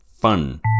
fun